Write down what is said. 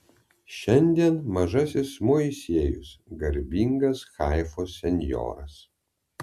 šiandien mažasis moisiejus garbingas haifos senjoras